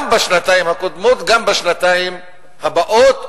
גם בשנתיים הקודמות, גם בשנתיים הבאות.